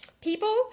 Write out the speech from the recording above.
people